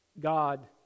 God